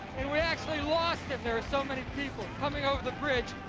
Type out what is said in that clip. and we actually lost him. there were so many people coming over the bridge.